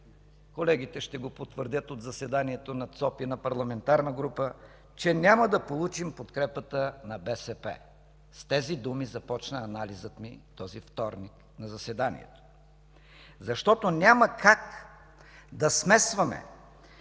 колегите ще го потвърдят от заседанието на ЦОП и на парламентарна група, че няма да получим подкрепата на БСП. С тези думи започна анализът ми този вторник на заседанието. Няма как да смесваме